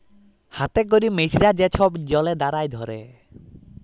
হাতে ক্যরে মেছরা যে ছব জলে দাঁড়ায় ধ্যরে